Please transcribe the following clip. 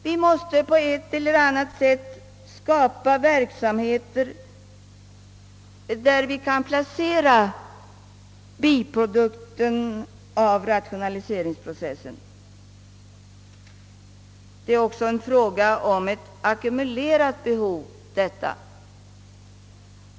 Vi måste på ett eller annat sätt skapa verksamheter, där vi kan placera biprodukten av rationaliseringsprocessen. Det är också en fråga om ett ackumulerat behov.